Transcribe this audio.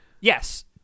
Yes